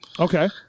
Okay